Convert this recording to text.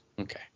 Okay